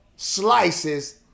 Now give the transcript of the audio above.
slices